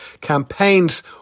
Campaigns